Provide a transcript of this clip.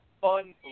fun